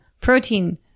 protein